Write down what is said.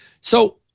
So-